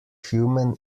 human